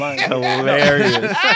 Hilarious